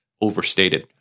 overstated